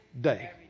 day